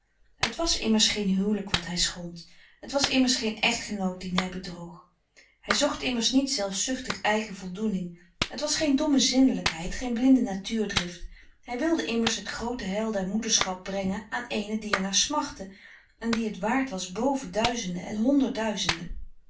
het was immers geen huwelijk wat hij schond het was immers geen echtgenoot dien hij bedroog hij zocht immers niet zelfzuchtig eigen voldoening het was geen domme zinnelijkheid geen blinde natuurdrift hij wilde immers het groote heil der moederschap brengen aan eene die er naar smachtte en die het waard was boven duizenden en honderd duizenden